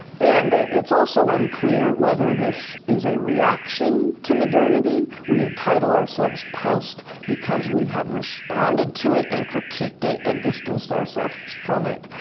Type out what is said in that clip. and it's also unclear whether this is a reaction to modernity. we title ourselves post because we have responded to it and critiqued it and distanced ourselves from it,